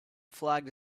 flagged